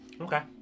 Okay